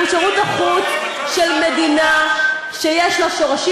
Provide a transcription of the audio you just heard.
אנחנו שירות החוץ של מדינה שיש לה שורשים